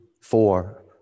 four